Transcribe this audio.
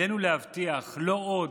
עלינו להבטיח: לא עוד,